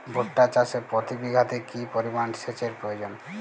ভুট্টা চাষে প্রতি বিঘাতে কি পরিমান সেচের প্রয়োজন?